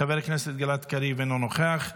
חבר הכנסת גלעד קריב, אינו נוכח,